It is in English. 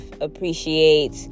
Appreciate